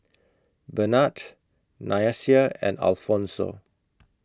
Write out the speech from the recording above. Bernhard Nyasia and Alphonso